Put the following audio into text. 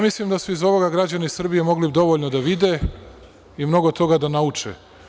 Mislim da su iz ovoga građani Srbije mogli dovoljno da vide i mnogo toga da nauče.